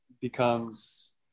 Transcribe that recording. becomes